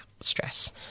stress